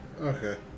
Okay